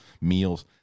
meals